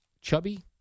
chubby